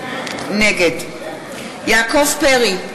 נגד יעקב פרי,